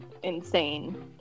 insane